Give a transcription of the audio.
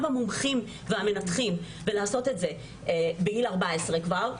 המומחים והמנתחים - לעשות את זה בגיל 14 כבר.